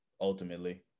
ultimately